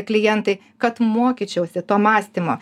klientai kad mokyčiausi to mąstymo